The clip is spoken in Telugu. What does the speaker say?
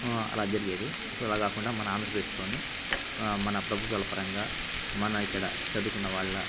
అలా జరిగేది ఇప్పుడు అలా కాకుండా మన ఆంధ్రప్రదేశ్లోనే మన ప్రభుత్వాల పరంగా మన ఇక్కడ చదువుకున్న వాళ్ళ